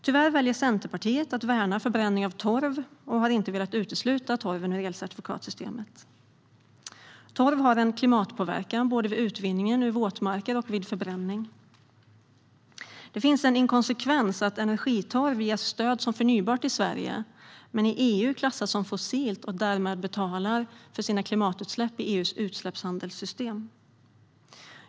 Tyvärr väljer Centerpartiet att värna förbränning av torv och har inte velat utesluta torven ur elcertifikatssystemet. Torv har en klimatpåverkan både vid utvinningen ur våtmarker och vid förbränning. Det finns en inkonsekvens i att energitorv ges stöd som förnybart i Sverige men i EU klassas som fossilt och därmed betalar för sina klimatutsläpp i EU:s utsläppshandelssystem.